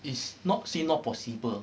is not say not possible